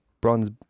bronze